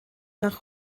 nach